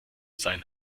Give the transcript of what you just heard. sein